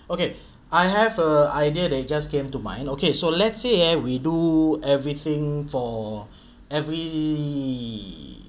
okay I have a idea they just came to mind okay so let's say eh we do everything for every